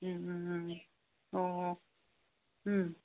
ꯎꯝ ꯎꯝ ꯎꯝ ꯎꯝ ꯑꯣ ꯑꯣ ꯎꯝ